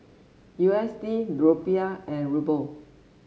U S D Rupiah and Ruble